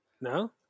No